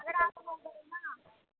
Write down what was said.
तगड़ा दवाइ देबै ने